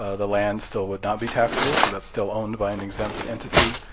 ah the land still would not be taxable because that's still owned by an exempt entity,